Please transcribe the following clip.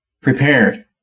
prepared